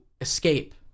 escape